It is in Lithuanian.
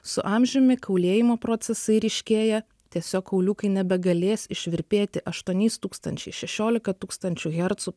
su amžiumi kaulėjimo procesai ryškėja tiesiog kauliukai nebegalės išvirpėti aštuoniais tūkstančiai šešiolika tūkstančių hercų